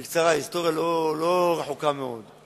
בקצרה, היסטוריה לא רחוקה מאוד.